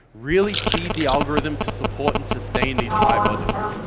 really feed the algorithm to support and sustain these high budgets.